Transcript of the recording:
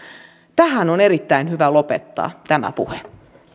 tähän on erittäin hyvä lopettaa tämä puhe